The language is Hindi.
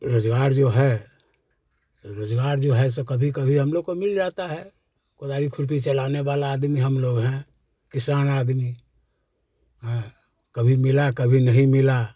रोज़गार जो है सो रोज़गार जो है सो कभी कभी हम लोग को मिल जाता है कोदाई खुरपी चलाने वाले आदमी हम लोग हैं किसान आदमी हाँ कभी मिला कभी नहीं मिला